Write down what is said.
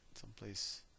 someplace